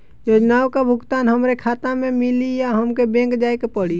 योजनाओ का भुगतान हमरे खाता में मिली या हमके बैंक जाये के पड़ी?